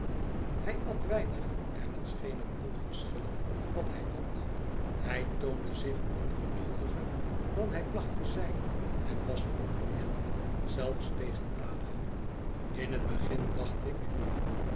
hij at weinig en het scheen hem onverschillig wat hij at hij toonde zich ongeduldiger dan hij placht te zijn en was opvliegend zelfs tegen ada in het begin dacht ik